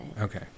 okay